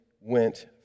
went